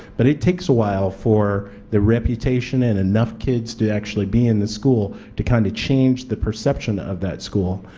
but it takes a while for the reputation and enough kids to actually be in the school to kind of change the perception of that school.